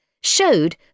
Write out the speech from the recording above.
showed